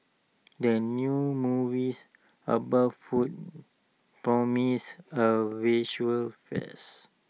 the new movies about food promises A visual fess